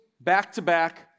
back-to-back